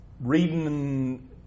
reading